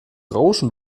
rauschen